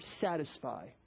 satisfy